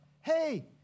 hey